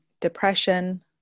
depression